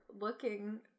looking